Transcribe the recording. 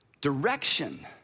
direction